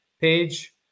page